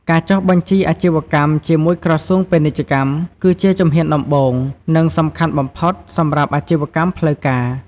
ការចុះបញ្ជីអាជីវកម្ម ជាមួយ ក្រសួងពាណិជ្ជកម្ម គឺជា ជំហានដំបូង និង សំខាន់បំផុត សម្រាប់ អាជីវកម្មផ្លូវការ។